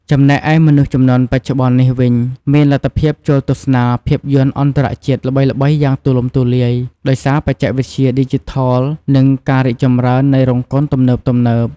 ចំណែកឯមនុស្សជំនាន់បច្ចុប្បន្ននេះវិញ មានលទ្ធភាពចូលទស្សនាភាពយន្តអន្តរជាតិល្បីៗយ៉ាងទូលំទូលាយ ដោយសារបច្ចេកវិទ្យាឌីជីថល និងការរីកចម្រើននៃរោងកុនទំនើបៗ។